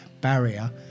barrier